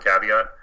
caveat